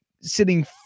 sitting